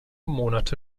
monate